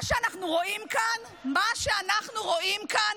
מה שאנחנו רואים כאן